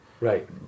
Right